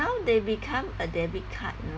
now they become a debit card